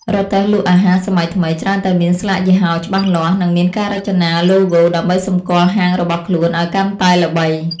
រទេះលក់អាហារសម័យថ្មីច្រើនតែមានស្លាកយីហោច្បាស់លាស់ និងមានការរចនាឡូហ្គោដើម្បីសម្គាល់ហាងរបស់ខ្លួនឱ្យកាន់តែល្បី។